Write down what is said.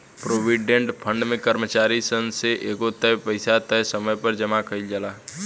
provident fund में कर्मचारी सन से एगो तय पइसा तय समय पर जामा कईल जाला